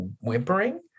whimpering